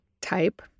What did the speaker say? type